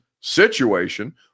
situation